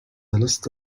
لست